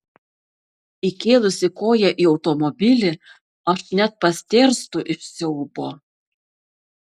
įkėlusi koją į automobilį aš net pastėrstu iš siaubo